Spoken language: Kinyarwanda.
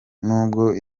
nubwo